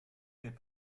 n’est